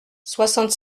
soixante